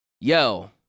Yo